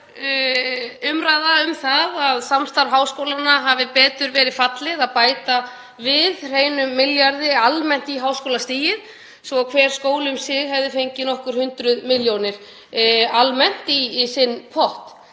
er umræða um það hvað varðar samstarf háskólanna að betra hefði verið að bæta við hreinum milljarði almennt í háskólastigið svo að hver skóli um sig hefði fengið nokkur hundruð milljónir almennt í sinn pott.